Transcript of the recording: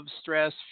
stress